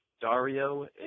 Dario